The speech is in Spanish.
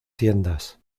tiendas